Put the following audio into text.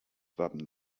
wappen